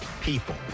people